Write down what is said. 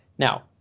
Now